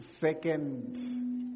Second